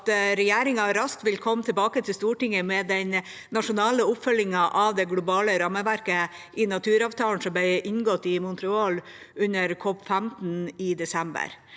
at regjeringa raskt vil komme tilbake til Stortinget med den nasjonale oppfølgingen av det globale rammeverket i naturavtalen som ble inngått i Montreal under COP15 i desember.